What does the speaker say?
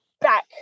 back